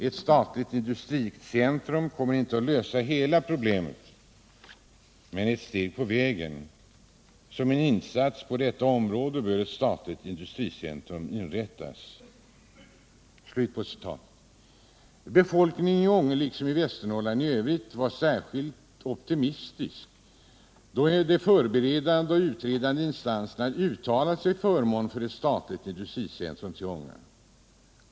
Ett statligt industricentrum kommer inte att lösa hela problemet men är ett steg på vägen. Som en insats på detta område bör ett statligt industricentrum inrättas.” Befolkningen i Ånge liksom i Västernorrland i övrigt var särskilt optimistisk då de förberedande och utredande instanserna uttalat sig till förmån för ett statligt industricentrum till Ånge.